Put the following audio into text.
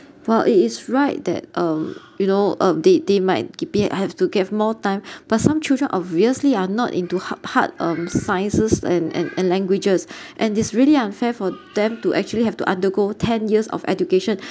while it is right that um you know um they they might keeping at have to gave more time but some children obviously are not into hard part um sciences and and and languages and this really unfair for them to actually have to undergo ten years of education